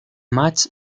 match